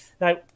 Now